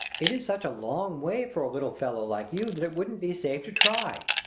it is such a long way for a little fellow like you that it wouldn't be safe to try.